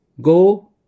go